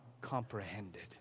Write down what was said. comprehended